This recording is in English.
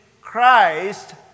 Christ